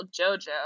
Jojo